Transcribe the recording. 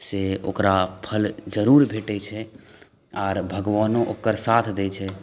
से ओकरा फल जरूर भेटै छै आर भगवानो ओकर साथ दै छै